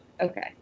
Okay